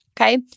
Okay